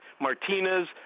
Martinez